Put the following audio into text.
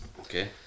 Okay